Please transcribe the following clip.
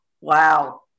Wow